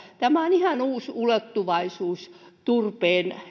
tämä on ihan uusi ulottuvuus turpeen